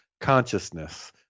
consciousness